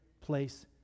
place